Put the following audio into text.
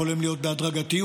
זה יכול להיות בהדרגתיות,